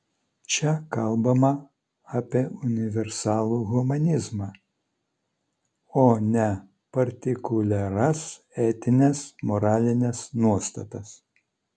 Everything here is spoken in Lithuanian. čia kalbama apie universalų humanizmą o ne partikuliaras etines moralines nuostatas